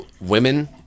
women